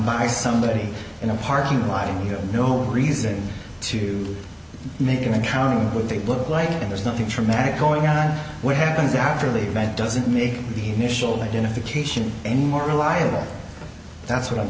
by somebody in a parking lot and we have no reason to make an encounter with it look like there's nothing traumatic going on what happens after the event doesn't make the initial identification any more reliable that's what i'm